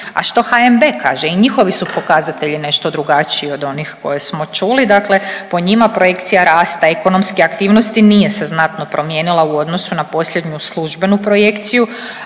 A što HNB-e kaže? I njihovi su pokazatelji nešto drugačiji od onih koje smo čuli. Dakle, po njima projekcija rasta i ekonomske aktivnosti nije se znatno promijenila u odnosu na posljednju službenu projekciju,